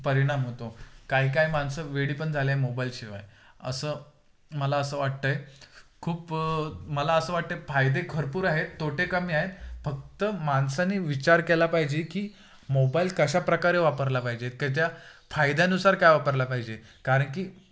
परिणाम होतो काही काय माणसं वेडी पण झालंय मोबाईलशिवाय असं मला असं वाटतंय खूप मला असं वाटतंय फायदे भरपूर आहेत तोटे कमी आहेत फक्त माणसाने विचार केला पाहिजे की मोबाईल कशा प्रकारे वापरला पाहिजेत त्याच्या फायद्यानुसार काय वापरला पाहिजे कारण की